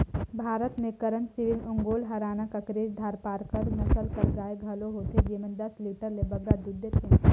भारत में करन स्विस, ओंगोल, हराना, केकरेज, धारपारकर नसल कर गाय घलो होथे जेमन दस लीटर ले बगरा दूद देथे